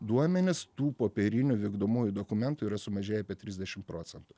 duomenis tų popierinių vykdomųjų dokumentų yra sumažėję apie trisdešimt procentų